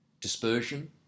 Dispersion